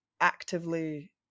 actively